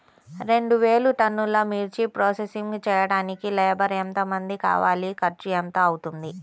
రెండు వేలు టన్నుల మిర్చి ప్రోసెసింగ్ చేయడానికి లేబర్ ఎంతమంది కావాలి, ఖర్చు ఎంత అవుతుంది?